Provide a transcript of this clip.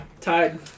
Tied